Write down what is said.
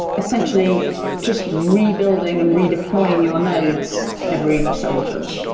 essentially just rebuilding and redeploying your nodes every so often.